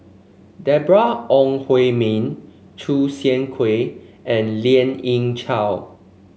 Deborah Ong Hui Min Choo Seng Quee and Lien Ying Chow